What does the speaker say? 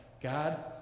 God